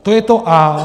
To je to a).